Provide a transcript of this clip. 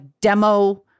demo